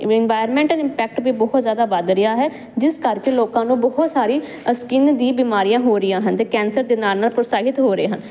environment impact ਵੀ ਬਹੁਤ ਜਿਆਦਾ ਵਧ ਰਿਹਾ ਹੈ ਜਿਸ ਕਰਕੇ ਲੋਕਾਂ ਨੂੰ ਬਹੁਤ ਸਾਰੀ ਸਕਿਨ ਦੀ ਬਿਮਾਰੀਆਂ ਹੋ ਰਹੀਆਂ ਹਨ ਤੇ ਕੈਂਸਰ ਦੇ ਨਾਲ ਨਾਲ ਪ੍ਰਸਾਹਿਤ ਹੋ ਰਹੇ ਹਨ